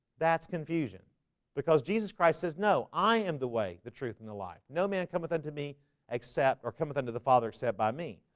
that's confusion because jesus christ says no, i am the way the truth and the life no, man, cometh unto me except or cometh unto the father said by me,